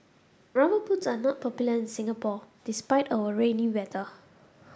rubber boots are not popular in Singapore despite our rainy weather